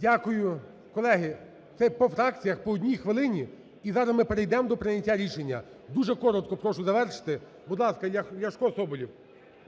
Дякую. Колеги, це по фракціях, по одній хвилині і зараз ми перейдемо до прийняття рішення. Дуже коротко, прошу завершити. Будь ласка, Ляшко, Соболєв